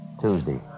Tuesday